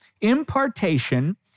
Impartation